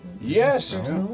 Yes